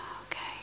Okay